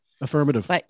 Affirmative